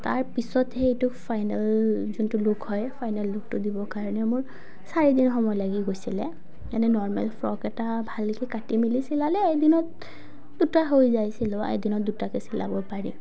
তাৰ পিছত সেইটো ফাইনেল যোনটো লুক হয় ফাইনেল লুকটো দিবৰ কাৰণে মোৰ চাৰিদিন সময় লাগি গৈছিলে এনেই নৰ্মেল ফ্ৰক এটা ভালকৈ কাটি মেলি চিলালে এদিনত দুটা হৈ যাই চিলোৱা এদিনত দুটাকৈ চিলাব পাৰি